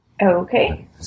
Okay